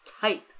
type